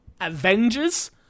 Avengers